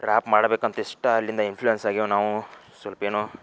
rap ಮಾಡಬೇಕಂತ ಇಷ್ಟ ಅಲ್ಲಿಂದ ಇನ್ಫ್ಲುಯೆನ್ಸ್ ಆಗ್ಯವ್ ನಾವು ಸ್ವಲ್ಪ ಏನೋ